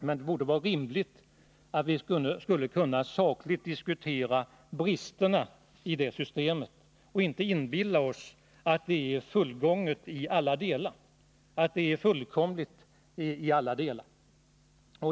Men vi borde rimligen sakligt kunna diskutera bristerna i detta system, i stället för att inbilla oss att det är fullkomligt i alla delar.